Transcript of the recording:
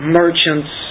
merchants